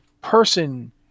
person